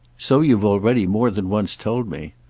so you've already more than once told me.